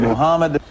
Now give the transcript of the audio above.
Muhammad